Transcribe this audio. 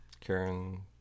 Karen –